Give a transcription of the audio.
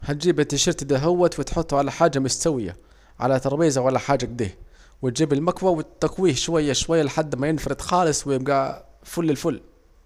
حتجيب التيشيرت دا هو وتحط على حاجة مستوية، على طربيزه ولا حاجة اكده، وتجيب المكوة وتكويه شوية شوية لحد ما ينفرد خالص ويكون الفل الفل